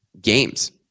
games